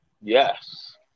Yes